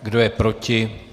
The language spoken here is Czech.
Kdo je proti?